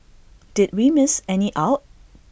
did we miss any out